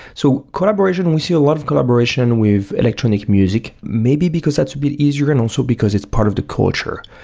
so collaboration, we see a lot of collaboration with electronic music, maybe because that's a bit easier and also because it's part of the culture.